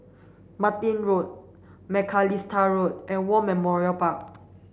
Martin Road Macalister Road and War Memorial Park